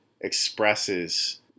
expresses